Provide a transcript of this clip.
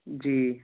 जी